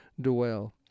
dwell